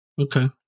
Okay